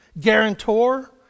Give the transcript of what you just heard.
guarantor